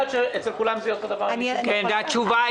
אבל אנחנו יודעים שלא אצל כולם זה אותו דבר.